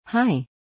Hi